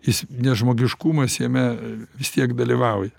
jis nežmogiškumas jame vis tiek dalyvauja